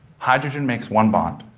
hydrogen makes one bond,